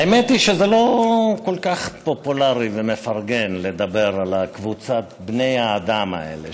האמת היא שזה לא כל כך פופולרי ומפרגן לדבר על קבוצת בני האדם האלה,